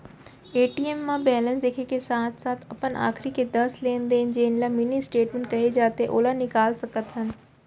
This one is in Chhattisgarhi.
ए.टी.एम म बेलेंस देखे के साथे साथ अपन आखरी के दस लेन देन जेन ल मिनी स्टेटमेंट कहे जाथे ओला निकाल सकत हन